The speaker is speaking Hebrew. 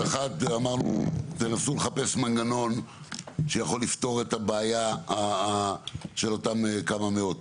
אמרנו שתנסו לחפש מנגנון שיכול לפתור את הבעיה של אותם מאות מעסיקים.